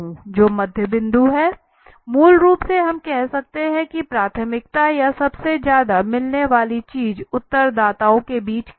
जो मध्य बिंदु हैं मूल रूप से हम कह सकते हैं कि प्राथमिकता या सबसे ज्यादा मिलने वाली चीज़ उत्तरदाताओं के बीच क्या है